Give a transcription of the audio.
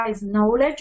knowledge